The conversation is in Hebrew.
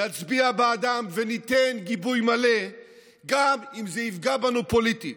נצביע בעדם וניתן גיבוי מלא גם אם זה יפגע בנו פוליטית.